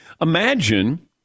Imagine